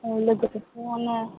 औ लोगोफोर ज'नो